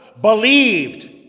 believed